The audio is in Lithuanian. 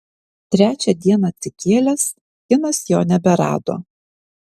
trečią dieną atsikėlęs kinas jo neberado